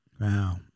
Wow